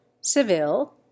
seville